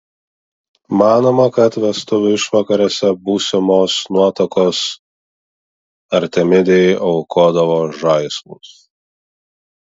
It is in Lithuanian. manoma kad vestuvių išvakarėse būsimos nuotakos artemidei aukodavo žaislus